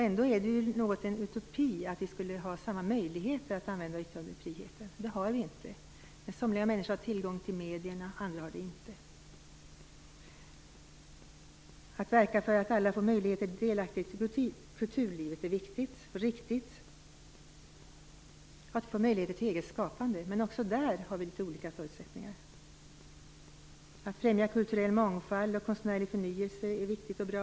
Ändå är det något av en utopi att vi skulle ha samma möjligheter att använda den. Det har vi inte. Somliga människor har tillgång till medierna, andra inte. Det andra målet - att verka för att alla får möjlighet att bli delaktiga i kulturlivet är viktigt och riktigt. Man bör få möjlighet till eget skapande, men också där har vi litet olika förutsättningar. Att främja kulturell mångfald och konstnärlig förnyelse, det tredje målet, är viktigt och bra.